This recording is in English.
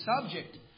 subject